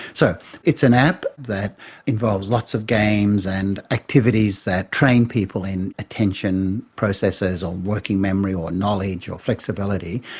so it's an app that involves lots of games and activities that train people in attention processes or working memory or knowledge or flexibility.